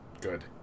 good